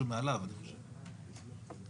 אתם מעבירים אותו לכהונה של --- לא.